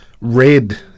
Red